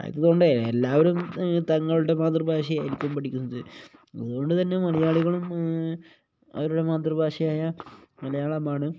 അതുകൊണ്ട് എല്ലാവരും തങ്ങളുടെ മാതൃഭാഷയായിരിക്കും പഠിക്കുന്നത് അതുകൊണ്ടുതന്നെ മലയാളികളും അവരുടെ മാതൃഭാഷയായ മലയാളമാണ്